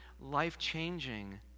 life-changing